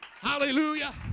Hallelujah